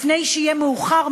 לפני שיהיה מאוחר,